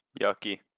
yucky